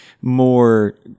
more